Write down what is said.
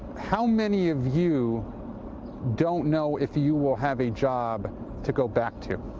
how many of you don't know if you will have a job to go back to?